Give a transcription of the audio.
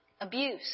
abuse